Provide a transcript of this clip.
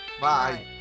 Bye